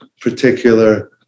particular